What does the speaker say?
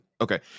Okay